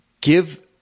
give